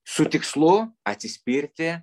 su tikslu atsispirti